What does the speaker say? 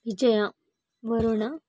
Vijaya Varuna